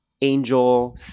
angel